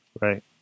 Right